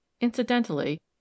incidentally